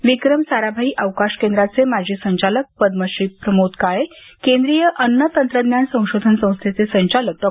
यावेळी विक्रम साराभाई अवकाश केंद्राचे माजी संचालक पद्मश्री प्रमोद काळे केंद्रीय अन्न तंत्रज्ञान संशोधन संस्थेचे संचालक डॉ